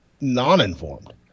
non-informed